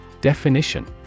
Definition